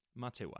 Matewa